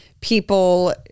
people